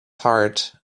heart